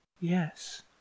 Yes